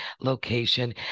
location